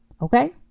Okay